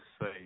say